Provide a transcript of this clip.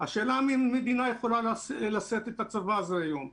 השאלה אם המדינה יכולה לשאת את הצבא הזה היום,